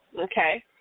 Okay